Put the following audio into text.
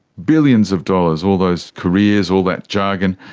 billions of dollars, all those careers, all that jargon,